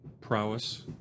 Prowess